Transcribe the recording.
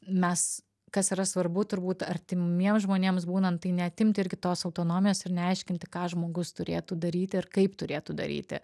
mes kas yra svarbu turbūt artimiems žmonėms būnant tai neatimti irgi tos autonomijos ir neaiškinti ką žmogus turėtų daryti ir kaip turėtų daryti